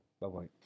Bye-bye